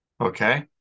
Okay